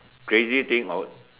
crazy thing or